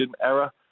error